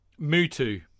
Mutu